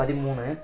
பதிமூணு